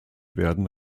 werden